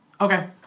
Okay